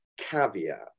caveat